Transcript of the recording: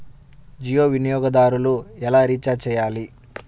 జియో వినియోగదారులు ఎలా రీఛార్జ్ చేయాలి?